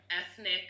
ethnic